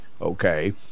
Okay